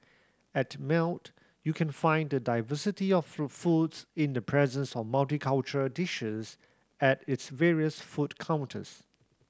at Melt you can find the diversity of fruit foods in the presence of multicultural dishes at its various food counters